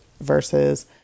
versus